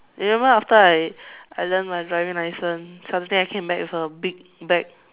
remember after I I learn my driving license suddenly I came back with a big bag